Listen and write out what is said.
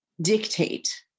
dictate